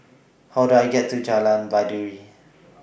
How Do I get to Jalan Baiduri